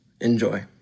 Enjoy